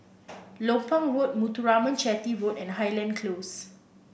Lompang Road Muthuraman Chetty Road and Highland Close